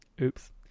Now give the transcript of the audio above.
oops